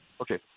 okay